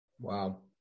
Wow